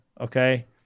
Okay